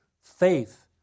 faith